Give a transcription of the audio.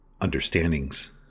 understandings